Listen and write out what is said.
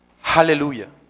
Hallelujah